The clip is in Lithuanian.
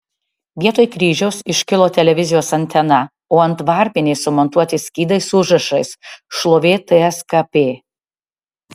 vietoj kryžiaus iškilo televizijos antena o ant varpinės sumontuoti skydai su užrašais šlovė tskp